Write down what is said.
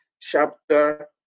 chapter